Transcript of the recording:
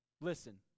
listen